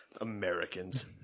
Americans